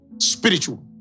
Spiritual